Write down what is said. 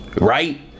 right